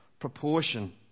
proportion